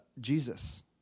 Jesus